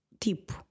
tipo